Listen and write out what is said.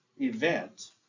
event